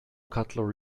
cutlet